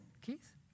Keith